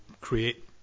create